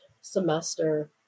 semester